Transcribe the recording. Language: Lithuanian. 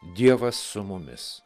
dievas su mumis